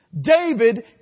David